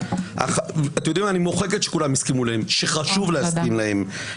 אני מוחק את "שכולם הסכימו להם" שחשוב להסכים להם.